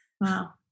Wow